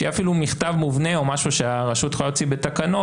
שיהיה אפילו מכתב מובנה או משהו שהרשות יכולה להוציא בתקנות,